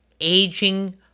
aging